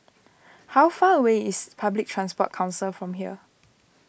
how far away is Public Transport Council from here